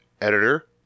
editor